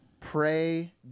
pray